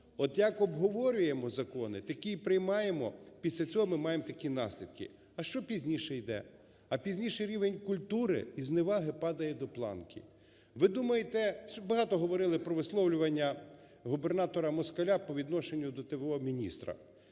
От як обговорюємо закони – такі й приймаємо, після цього ми маємо такі наслідки. А що пізніше йде? А пізніше рівень культури і зневаги падає до планки. Ви думаєте... Багато говорили про висловлювання губернатора Москаля по відношенню дот.в.о.міністра.